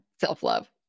self-love